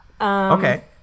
Okay